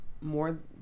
more